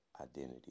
identity